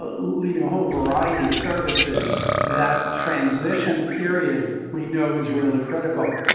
ah leaving a whole variety of services that transition period we know is really critical.